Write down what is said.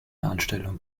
anstellung